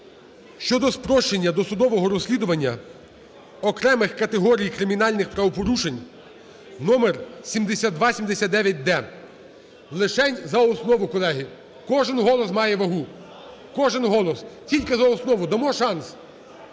щодо спрощення досудового розслідування окремих категорій кримінальних правопорушень (№ 7279-д) лишень за основу, колеги. Кожен голос має вагу. Кожен голос. Тільки за основу дамо шанс.